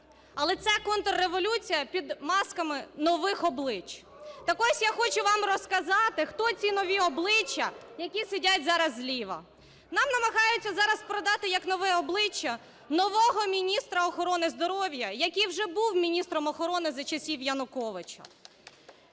Але ця контрреволюція під масками нових облич. Так ось я хочу вам розказати, хто ці нові обличчя, які сидять зараз зліва. Нам намагаються зараз продати як нове обличчя нового міністра охорони здоров'я, який вже був міністром охорони за часів Януковича.